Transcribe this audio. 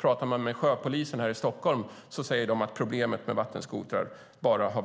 Talar man med sjöpolisen i Stockholm säger de att problemet med vattenskotrar